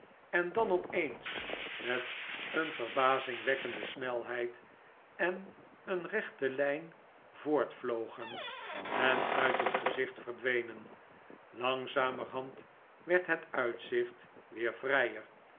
en dan opeens met een verbazingwekkende snelheid in een rechte lijn voortvlogen en uit het gezicht verdwenen langzamerhand werd het uitzicht weer vrijer